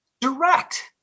direct